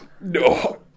no